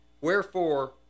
Wherefore